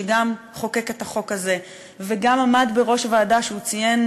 שגם חוקק את החוק הזה וגם עמד בכנסת הקודמת בראש ועדה שהוא ציין,